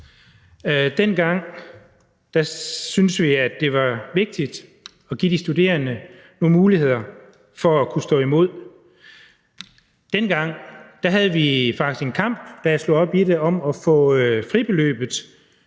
Dengang syntes vi, at det var vigtigt at give de studerende nogle muligheder for at kunne stå imod. Dengang havde vi faktisk en kamp, kunne jeg se, da jeg slog op i referatet, om at få hævet fribeløbet